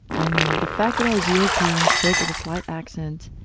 i mean, the fact that i was european, spoke with a slight accent,